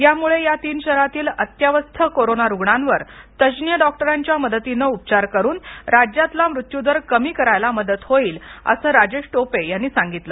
यामुळे या तीन शहरातील अत्यवस्थ कोरोना रुग्णावर तज्ज्ञ डॉक्टरांच्या मदतीने उपचार करून राज्यातला मृत्यूदर कमी करायला मदत होईल असं राजेश टोपे यांनी सांगितलं